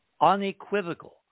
unequivocal